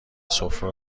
سفره